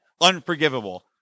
unforgivable